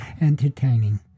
entertaining